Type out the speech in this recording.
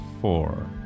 four